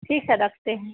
ठीक है रखते हैं